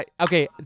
Okay